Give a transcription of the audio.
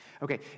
Okay